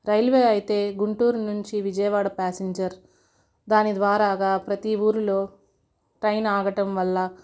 railway అయితే గుంటూరు నుంచి Vijayawada passenger దాని ద్వారాగా ప్రతి ఊరిలో ట్రైన్ ఆగటం వల్ల